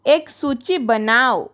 एक सूची बनाओ